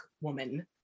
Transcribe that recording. woman